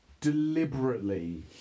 deliberately